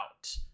out